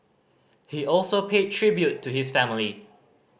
he also paid tribute to his family